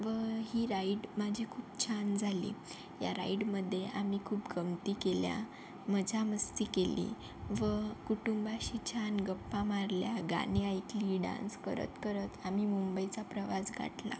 व ही राईड माझी खूप छान झाली या राईडमधे आम्ही खूप गमती केल्या मजा मस्ती केली व कुटुंबाशी छान गप्पा मारल्या गानी ऐकली डान्स करत करत आमी मुंबईचा प्रवास गाठला